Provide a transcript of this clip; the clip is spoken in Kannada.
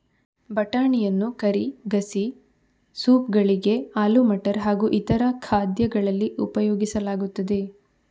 ಬಟಾಣಿಯನ್ನು ಕರಿ, ಗಸಿ, ಸೂಪ್ ಗಳಿಗೆ, ಆಲೂ ಮಟರ್ ಹಾಗೂ ಇತರ ಖಾದ್ಯಗಳಲ್ಲಿ ಉಪಯೋಗಿಸಲಾಗುತ್ತದೆ